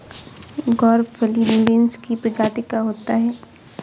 ग्वारफली बींस की प्रजाति का होता है